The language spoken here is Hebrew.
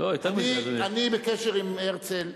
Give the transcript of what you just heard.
אני בקשר עם הרצל,